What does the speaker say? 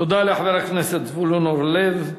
תודה לחבר הכנסת זבולון אורלב.